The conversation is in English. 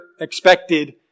expected